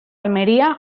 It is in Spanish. almería